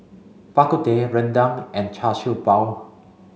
Bak Kut Teh Rendang and Char Siew Bao